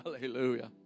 Hallelujah